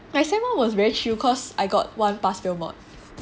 I semester one was very chill cause I got one pass fail module